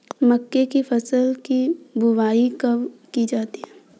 मक्के की फसल की बुआई कब की जाती है?